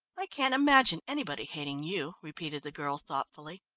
i can't imagine anybody hating you, repeated the girl thoughtfully.